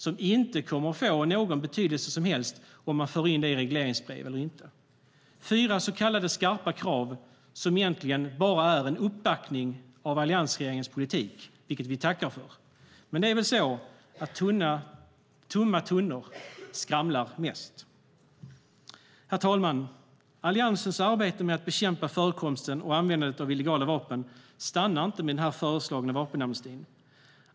Det kommer inte att få någon som helst betydelse om man för in det i regleringsbrev eller inte. Det är fyra så kallade skarpa krav som egentligen bara är en uppbackning av alliansregeringens politik, vilket vi tackar för. Men det är väl så att tomma tunnor skramlar mest. Herr talman! Alliansens arbete med att bekämpa förekomsten och användandet av illegala vapen stannar inte med den föreslagna vapenamnestin.